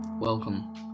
Welcome